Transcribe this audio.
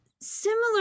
similar